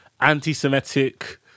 anti-semitic